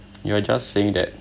you're just saying that